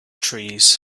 trees